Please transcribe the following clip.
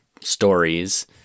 stories